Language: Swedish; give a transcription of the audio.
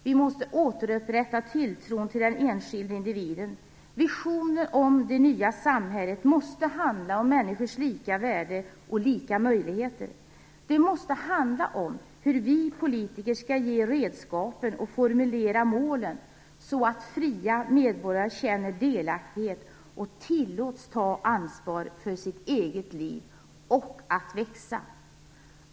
Vi måste återupprätta tilltron till den enskilde individen. Visionen om det nya samhället måste handla om människors lika värde och lika möjligheter. Den måste handla om hur vi politiker skall ge redskapen och formulera målen så att fria medborgare känner delaktighet och tillåts ta ansvar för sitt eget liv och växa.